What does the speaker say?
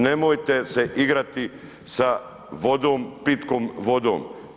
Nemojte se igrati sa vodom pitkom vodom.